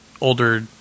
older